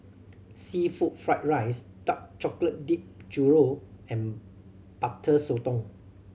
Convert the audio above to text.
seafood fried rice dark chocolate dipped churro and Butter Sotong